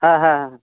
ᱦᱮᱸ ᱦᱮᱸ ᱦᱮᱸ ᱦᱮᱸ